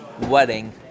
wedding